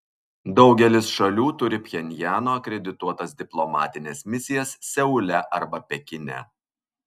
daugelis šalių turi pchenjano akredituotas diplomatines misijas seule arba pekine